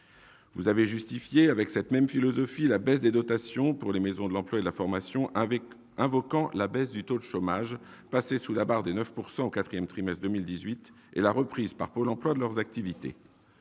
Vous avez justifié, avec cette même philosophie, la baisse des dotations des maisons de l'emploi et de la formation, invoquant la baisse du taux de chômage, passé sous la barre des 9 % au quatrième trimestre de 2018, et la reprise par Pôle emploi de leurs activités.